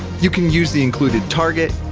you can use the included target,